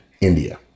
India